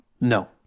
No